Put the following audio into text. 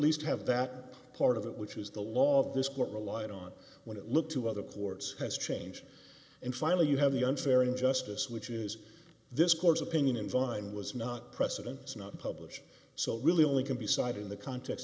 least have that part of it which is the law of this court relied on when it looked to other courts has changed and finally you have the unfair in justice which is this court's opinion in vine was not precedents not published so really only can be side in the context